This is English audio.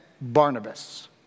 Barnabas